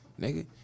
Nigga